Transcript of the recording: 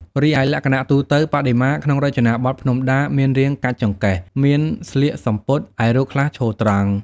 រីឯលក្ខណៈទូទៅ បដិមាក្នុងរចនាបថភ្នំដាមានរាង កាច់ចង្កេះ មាន ស្លៀកសំពត់ ឯរូបខ្លះឈរត្រង់។